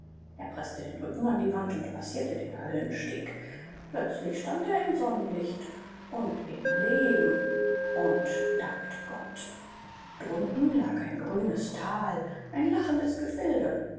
er preßte den rücken an die wand und passierte den höllensteg plötzlich stand er im sonnenlicht und leben und dankte gott drunten lag ein grünes tal ein lachendes gefilde